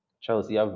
Chelsea